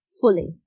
fully